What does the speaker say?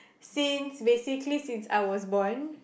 since basically since I was born